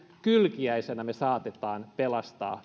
kylkiäisenä me saatamme pelastaa